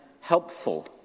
helpful